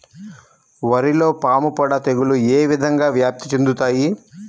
వరిలో పాముపొడ తెగులు ఏ విధంగా వ్యాప్తి చెందుతాయి?